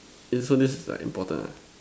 in so this is like important ah